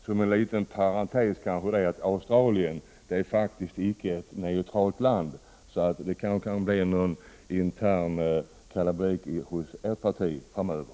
Som en liten parentes vill jag nämna att Australien faktiskt inte är ett neutralt land, så det kanske kan bli någon intern kalabalik i det socialdemokratiska partiet framöver.